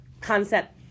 concept